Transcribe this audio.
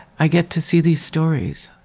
i get to see these stories,